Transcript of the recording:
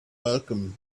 welcomed